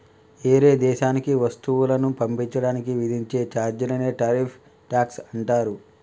ఏరే దేశానికి వస్తువులను పంపించడానికి విధించే చార్జీలనే టారిఫ్ ట్యాక్స్ అంటారు